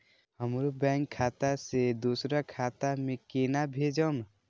हमरो बैंक खाता से दुसरा खाता में केना भेजम?